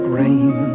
rain